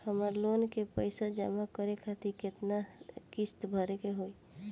हमर लोन के पइसा जमा करे खातिर केतना किस्त भरे के होई?